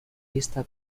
vista